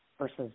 versus